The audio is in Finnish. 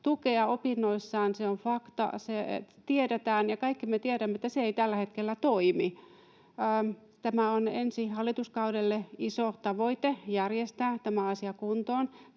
tukea opinnoissaan, on fakta, se tiedetään, ja kaikki me tiedämme, että se ei tällä hetkellä toimi. Ensi hallituskaudelle on iso tavoite järjestää tämä asia kuntoon,